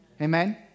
Amen